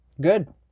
Good